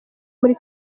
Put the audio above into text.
muri